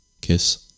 Kiss